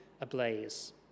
ablaze